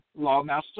lawmaster